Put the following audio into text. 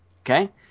Okay